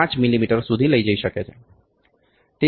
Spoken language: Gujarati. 5 મીમી સુધી લઈ જશે